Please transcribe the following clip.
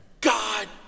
God